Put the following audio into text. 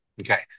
Okay